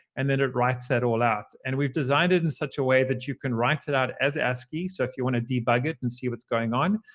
and then it writes that all out. and we've designed it in such a way that you can write it out as ascii, so if you want to debug it and see what's going on.